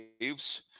Waves